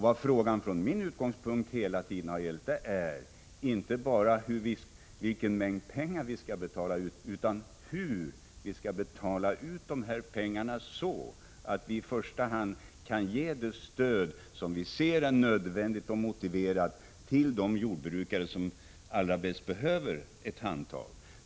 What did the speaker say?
Vad frågan från min utgångspunkt hela tiden har gällt är inte bara vilken mängd pengar vi skall betala ut utan hur vi skall betala ut dessa pengar, så att vi i första hand kan ge det stöd som vi ser är nödvändigt och motiverat till de jordbrukare som allra bäst behöver ett handtag.